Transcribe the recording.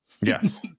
Yes